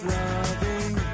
loving